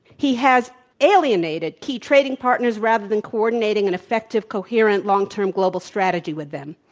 he has alienated key trading partners rather than coordinating an effective, coherent, long-term global strategy with them.